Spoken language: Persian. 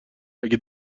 اگه